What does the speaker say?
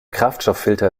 kraftstofffilter